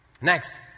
Next